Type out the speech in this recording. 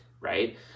right